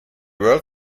world